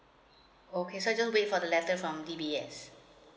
okay so just wait for the letter from D_B_S